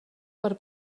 per